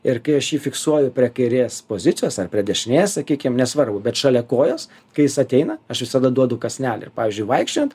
ir kai aš jį fiksuoju prie kairės pozicijos ar prie dešinės sakykim nesvarbu bet šalia kojos kai jis ateina aš visada duodu kąsnelį ir pavyzdžiui vaikščiojant